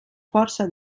força